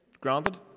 Granted